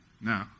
No